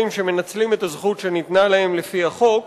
שמנצלים את הזכות שניתנה להם לפי החוק,